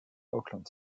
auckland